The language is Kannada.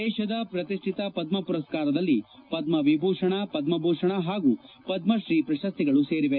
ದೇಶದ ಪ್ರತಿಷ್ಟಿತ ಪದ್ಮ ಪುರಸ್ತಾರದಲ್ಲಿ ಪದ್ಮ ವಿಭೂಷಣ ಪದ್ಮ ಭೂಷಣ ಹಾಗೂ ಪದ್ಮಶ್ರೀ ಪ್ರಶಸ್ತಿಗಳು ಸೇರಿವೆ